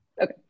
okay